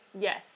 yes